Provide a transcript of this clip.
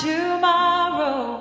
tomorrow